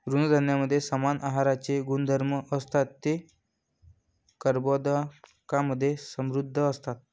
तृणधान्यांमध्ये समान आहाराचे गुणधर्म असतात, ते कर्बोदकांमधे समृद्ध असतात